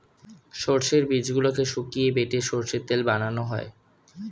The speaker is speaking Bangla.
সর্ষের বীজগুলোকে শুকিয়ে বেটে সর্ষের তেল বানানো হয়